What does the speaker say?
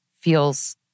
feels